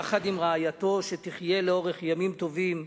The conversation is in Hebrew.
יחד עם רעייתו, שתחיה לאורך ימים טובים,